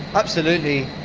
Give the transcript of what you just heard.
absolutely.